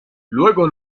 luego